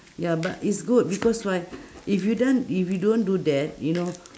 ya but it's good because why if you done if you don't do that you know